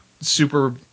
super –